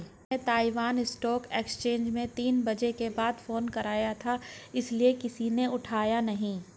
तुमने Taiwan stock exchange में तीन बजे के बाद फोन करा था इसीलिए किसी ने उठाया नहीं